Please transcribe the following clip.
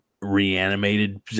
reanimated